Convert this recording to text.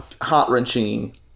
heart-wrenching